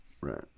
Right